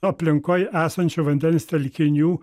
aplinkoj esančių vandens telkinių